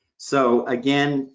so again,